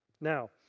Now